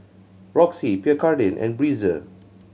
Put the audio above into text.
Roxy Pierre Cardin and Breezer